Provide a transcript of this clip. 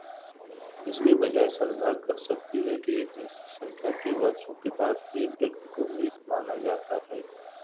इसके बजाय सरकार कह सकती है कि एक निश्चित संख्या के वर्षों के बाद एक व्यक्ति को मृत माना जाता है